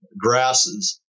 grasses